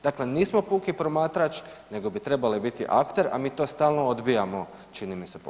Dakle nismo puki promatrač nego bi trebali biti akter, a mi to stalno odbijamo, čini mi se, postati.